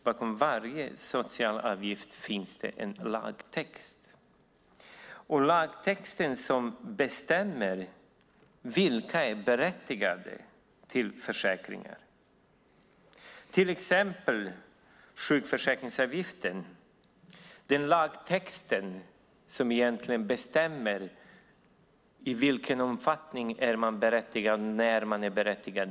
Bakom varje socialavgift finns det en lagtext, och det är lagtexten som bestämmer vilka som är berättigade till försäkringar, till exempel sjukförsäkringsavgiften. Det är lagtexten som egentligen bestämmer i vilken omfattning man är berättigad när man är berättigad.